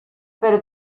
pero